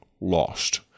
lost